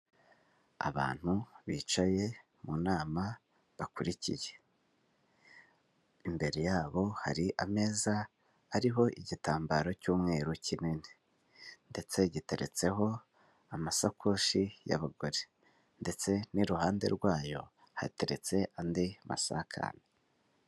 Abantu bicaye mu nama bakurikiye, imbere yabo hari ameza ariho igitambaro cy'umweru kinini ndetse giteretseho amasakoshi y'abagore ndetse n'iruhande rwayo hateretse andi masakame.